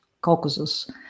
Caucasus